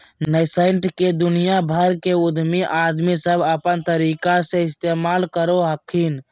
nascent के दुनिया भर के उद्यमी आदमी सब अपन तरीका से इस्तेमाल करो हखिन